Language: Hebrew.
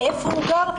איפה הוא גר,